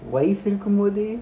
wife இருக்கும்போதே:irukkumpode